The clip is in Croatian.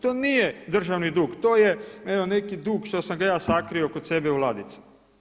To nije državni dug to je evo neki dug što sam ga ja sakrio kod sebe u ladicu.